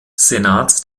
senats